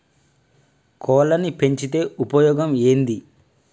కోళ్లని పెంచితే ఉపయోగం ఏంది?